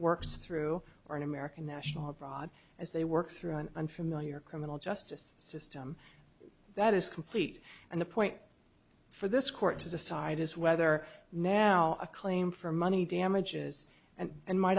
works through or an american national abroad as they work through an unfamiliar criminal justice system that is complete and the point for this court to decide is whether now a claim for money damages and and m